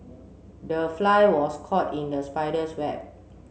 the fly was caught in the spider's web